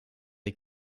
des